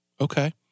Okay